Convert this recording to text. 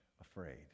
afraid